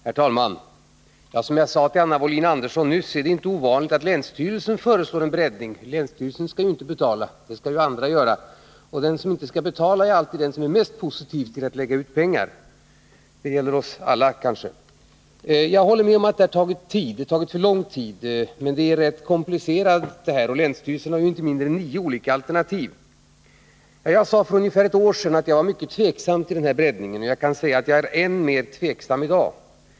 Herr talman! Som jag nyss sade till Anna Wohlin-Andersson är det inte ovanligt att länsstyrelsen föreslår en breddning. Den skall ju inte betala, utan det skall andra göra, och den som inte skall betala är alltid den som är mest positiv till att lägga ut pengar — det gäller kanske oss alla. Jag håller med om att det här ärendet har tagit lång tid. Det har tagit för lång tid, men detta är rätt komplicerat, och länsstyrelsen har ju angivit inte mindre än nio olika alternativ. Jag sade för ungefär ett år sedan att jag var mycket tveksam till den här breddningen, och jag kan säga att jag är än mer tveksam i dag.